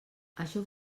això